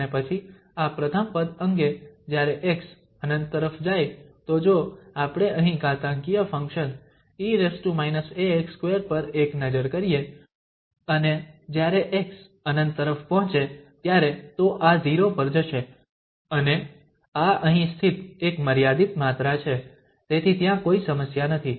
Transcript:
અને પછી આ પ્રથમ પદ અંગે જ્યારે x ∞ તરફ જાય તો જો આપણે અહીં ઘાતાંકીય ફંક્શન e−ax2 પર એક નજર કરીએ અને જ્યારે x ∞ તરફ પહોંચે ત્યારે તો આ 0 પર જશે અને આ અહીં સ્થિત એક મર્યાદિત માત્રા છે તેથી ત્યાં કોઈ સમસ્યા નથી